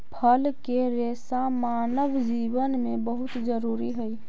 फल के रेसा मानव जीवन में बहुत जरूरी हई